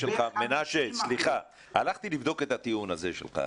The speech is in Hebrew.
מנשה, אני הלכתי לבדוק את הטיעון שלך.